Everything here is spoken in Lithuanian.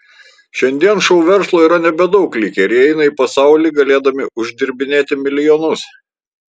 šiandien šou verslo yra nebedaug likę ir jie eina į pasaulį galėdami uždirbinėti milijonus